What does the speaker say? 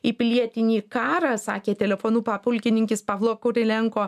į pilietinį karą sakė telefonu papulkininkis pavlo kurilenko